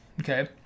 okay